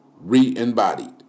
re-embodied